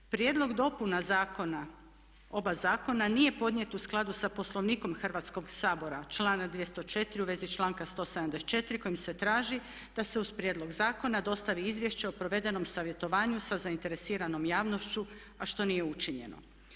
Prijedlog dopuna zakona, oba zakona nije podnijet u skladu sa Poslovnikom Hrvatskoga sabora, članka 204. u vezi članka 174. kojim se traži da se uz prijedlog zakona dostavi izvješće o provedenom savjetovanju sa zainteresiranom javnošću a što nije učinjeno.